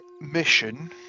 mission